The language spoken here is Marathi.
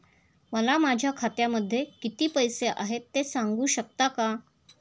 मला माझ्या खात्यामध्ये किती पैसे आहेत ते सांगू शकता का?